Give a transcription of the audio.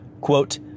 Quote